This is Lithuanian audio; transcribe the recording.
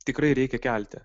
tikrai reikia kelti